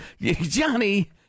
Johnny